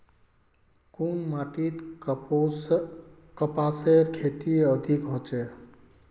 कुन माटित कपासेर खेती अधिक होचे?